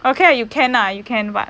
okay ah you can lah you can but